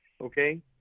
Okay